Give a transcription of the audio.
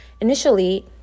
initially